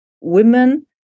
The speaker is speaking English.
women